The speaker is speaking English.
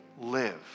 live